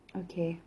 okay